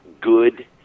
good